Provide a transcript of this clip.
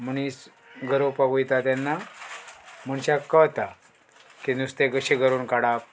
मनीस गरोवपाक वयता तेन्ना मनशाक कता की नुस्तें कशें करून काडप